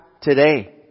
today